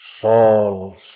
Saul